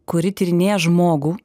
kuri tyrinėja žmogų